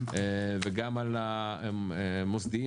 וגם על המוסדיים.